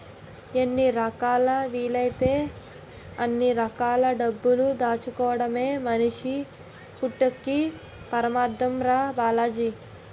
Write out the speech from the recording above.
ఎన్ని రకాలా వీలైతే అన్ని రకాల డబ్బులు దాచుకోడమే మనిషి పుట్టక్కి పరమాద్దం రా బాలాజీ